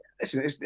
Listen